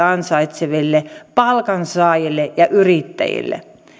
ansaitseville palkansaajille ja yrittäjille